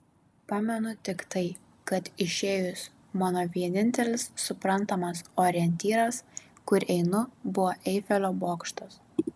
pamenu tik tai kad išėjus mano vienintelis suprantamas orientyras kur einu buvo eifelio bokštas